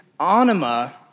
Anima